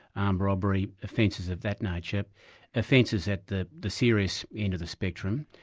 um robbery, offences of that nature offences at the the serious end of the spectrum.